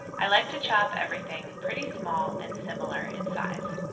i like to chop everything pretty small and similar in size.